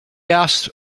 asked